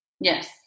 Yes